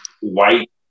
white